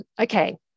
okay